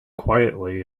quietly